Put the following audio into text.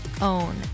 own